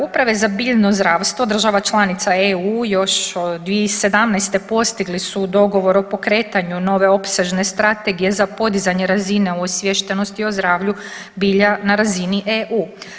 Uprave za biljno zdravstvo država članica EU još od 2017. postigli su dogovor o pokretanju nove opsežne strategije za podizanje razine osviještenosti o zdravlju bilja na razini EU.